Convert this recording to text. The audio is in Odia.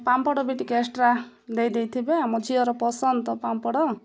ପାମ୍ପଡ଼ ବି ଟିକେ ଏକ୍ସଟ୍ରା ଦେଇଦେଇଥିବେ ଆମ ଝିଅର ପସନ୍ଦ ତ ପାମ୍ପଡ଼